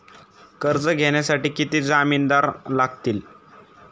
कर्ज घेण्यासाठी किती जामिनदार लागतील?